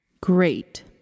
Great